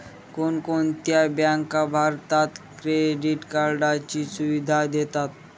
कोणकोणत्या बँका भारतात क्रेडिट कार्डची सुविधा देतात?